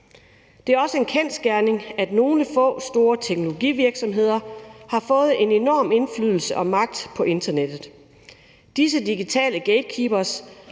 Det er også en kendsgerning, at nogle få store teknologivirksomheder har fået en enorm indflydelse og magt på internettet. Disse digitale gatekeepere